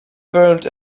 formed